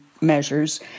measures